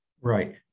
Right